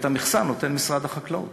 ואת המכסה נותן משרד החקלאות.